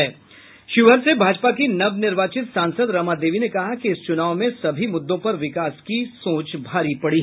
शिवहर से भाजपा की नवनिर्वाचित सांसद रमा देवी ने कहा कि इस चुनाव में सभी मुद्दों पर विकास की सोच भारी पड़ी